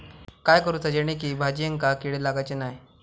काय करूचा जेणेकी भाजायेंका किडे लागाचे नाय?